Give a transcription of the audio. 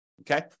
okay